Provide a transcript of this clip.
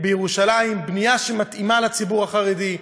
בירושלים, בנייה שמתאימה לציבור החרדי,